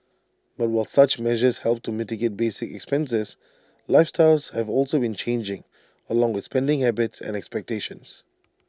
but while such measures help to mitigate basic expenses lifestyles have also been changing along with spending habits and expectations